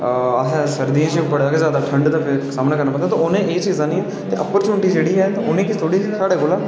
अस सर्दियें च बड़ा गै जादा सामना करना पौंदा उ'नें एह् चीज़ां ते नेईं पर अपर्च्युनिटी ऐ ओह् साढ़े कोला जादै